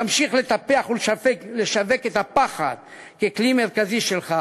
תמשיך לטפח ולשווק את הפחד ככלי מרכזי שלך